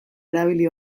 erabili